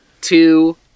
two